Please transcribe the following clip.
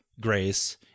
Grace